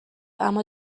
اما